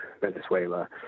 Venezuela